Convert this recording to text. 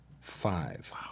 five